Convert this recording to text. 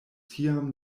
tiam